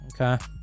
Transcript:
Okay